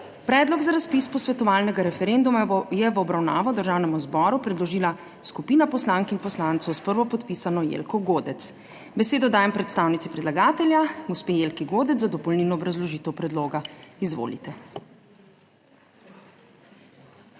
Predlog za razpis posvetovalnega referenduma je v obravnavo Državnemu zboru predložila skupina poslank in poslancev s prvopodpisano Jelko Godec. Besedo dajem predstavnici predlagatelja gospe Jelki Godec za dopolnilno obrazložitev predloga. Izvolite.